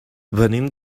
venim